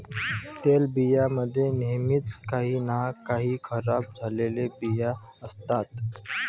तेलबियां मध्ये नेहमीच काही ना काही खराब झालेले बिया असतात